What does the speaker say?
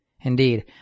Indeed